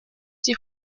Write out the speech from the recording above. sie